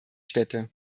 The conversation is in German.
städte